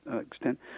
extent